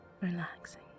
relaxing